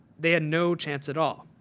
they had no chance at all.